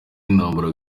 intambara